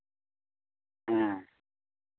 ᱦᱮᱸ